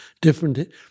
different